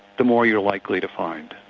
the more you're likely to find.